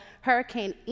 Hurricane